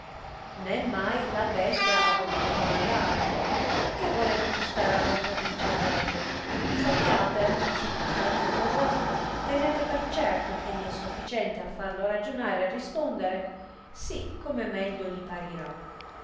né mai la bestia ha voluto favellare che volete più star a rompervi il cervello sapiate se costanzo vorrà tenete per certo che gli è sofficiente a farlo ragionare e rispondere sì come meglio li parerà